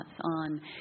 on